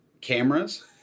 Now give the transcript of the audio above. cameras